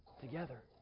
together